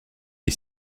est